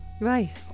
Right